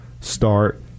start